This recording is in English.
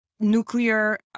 nuclear